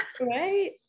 Right